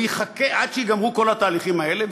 הוא יחכה עד שייגמרו כל התהליכים האלה,